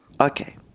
Okay